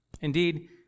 Indeed